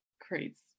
creates